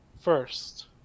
first